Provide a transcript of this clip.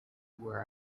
where